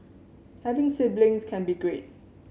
having siblings can be great